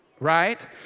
right